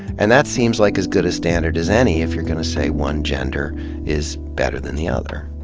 and that seems like as good a standard as any if you're going to say one gender is better than the other.